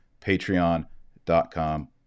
patreon.com